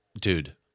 Dude